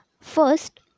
First